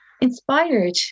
inspired